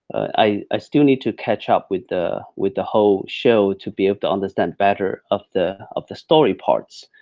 i ah still need to catch up with the with the whole show to be able to understand better of the of the story parts.